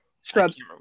scrubs